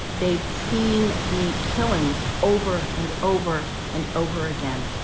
they've seen the killings over, and over, and over again.